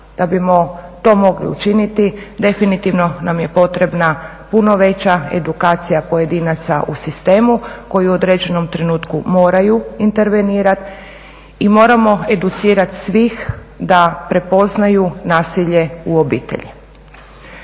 Da bismo to mogli učiniti definitivno nam je potrebna puno veća edukacija pojedinaca u sistemu koji u određenom trenutku moraju intervenirat i moramo educirat svih da prepoznaju nasilje u obitelji.